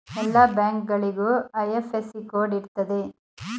ಎಲ್ಲ ಬ್ಯಾಂಕ್ಗಳಿಗೂ IFSC code ಇರ್ತದೆ